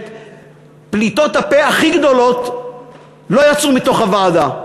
שפליטות הפה הכי גדולות לא יצאו מתוך הוועדה.